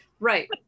Right